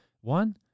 One